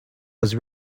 was